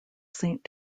saint